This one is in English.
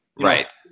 Right